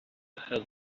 has